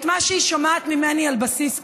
את מה שהיא שומעת ממני על בסיס קבוע.